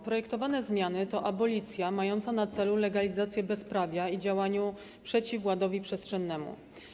Projektowane zmiany to abolicja mająca na celu legalizację bezprawia i działania przeciw ładowi przestrzennemu.